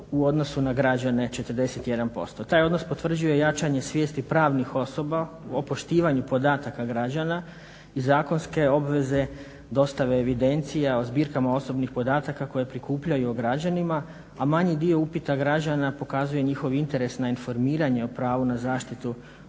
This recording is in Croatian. u odnosu na građane 41%. Taj odnos potvrđuje jačanje svijesti pravnih osoba o poštivanju podataka građana i zakonske obveze dostave evidencije o zbirkama osobnih podataka koje prikupljaju o građanima, a manji dio upita građana pokazuje njihov interes na informiranje o pravu na zaštitu